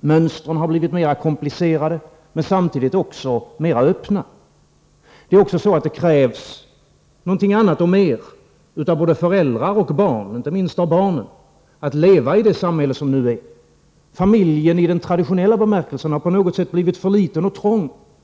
Mönstren har blivit mer komplicerade, men samtidigt också mer öppna. Det är också så att det krävs någonting annat och mer av både föräldrar och barn — inte minst av barnen — för att leva i det samhälle vi nu har. Familjen i den traditionella bemärkelsen har på något sätt blivit för liten och trång.